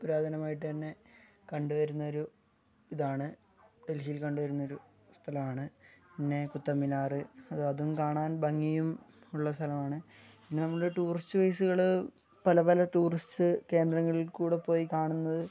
പുരാതനമായിട്ട് തന്നെ കണ്ടുവരുന്നൊരു ഇതാണ് ഡൽഹിയിൽ കണ്ടുവരുന്നൊരു സ്ഥലമാണ് പിന്നെ കുത്തബ്മിനാര് അത് അതും കാണാൻ ഭംഗിയും ഉള്ള സ്ഥലമാണ് പിന്നെ നമ്മള് ടൂറിസ്റ്റ് പ്ലേസുകള് പല പല ടൂറിസ്റ്റ് കേന്ദ്രങ്ങളിൽ കൂടെ പോയി കാണുന്നത്